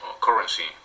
currency